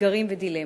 אתגרים ודילמות.